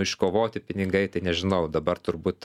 iškovoti pinigai tai nežinau dabar turbūt